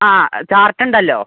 ആ ചാർത്തൊണ്ടല്ലോ